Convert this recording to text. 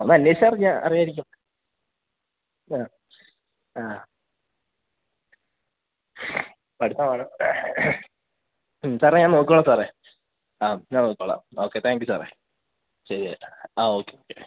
ഒന്ന് അന്വേഷിച്ചറിഞ്ഞാൽ അറിയാമായിരിക്കും ആ ആ പഠിത്തമാണ് സാറേ ഞാൻ നോക്കിക്കോളാം സാറെ അത് കൊള്ളാം ഓക്കെ താങ്ക് യൂ സാറേ ശരി കേട്ടോ ആ ഓക്കെ താങ്ക് യൂ